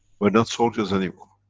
were not soldiers anymore.